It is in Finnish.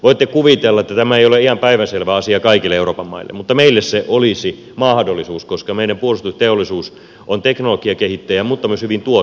voitte kuvitella että tämä ei ole ihan päivänselvä asia kaikille euroopan maille mutta meille se olisi mahdollisuus koska meidän puolustusteollisuus on teknologiakehittäjä mutta myös hyvin tuottava